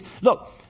look